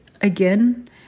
again